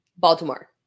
Baltimore